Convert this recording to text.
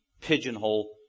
pigeonhole